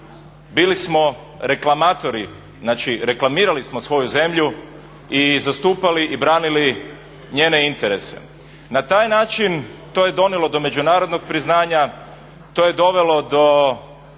Bili smo reklamatori, znači reklamirali smo svoju zemlju i zastupali i branili njene interese. Na taj način to je donijelo do međunarodnog priznanja, to je dovelo do